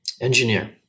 engineer